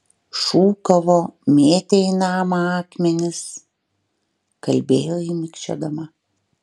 šūkavo mėtė į namą akmenis kalbėjo ji mikčiodama